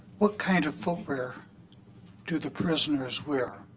what kind of footwear do the prisoners wear?